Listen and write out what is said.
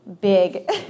big